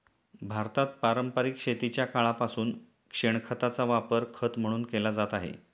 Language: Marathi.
भारतात पारंपरिक शेतीच्या काळापासून शेणखताचा वापर खत म्हणून केला जात आहे